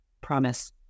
promise